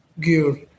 gear